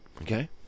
Okay